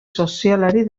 sozialari